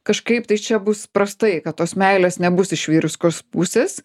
kažkaip tai čia bus prastai kad tos meilės nebus iš vyriskos pusės